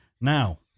now